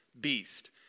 beast